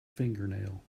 fingernail